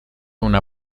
una